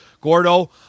Gordo